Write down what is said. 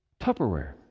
Tupperware